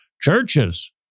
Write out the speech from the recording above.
Churches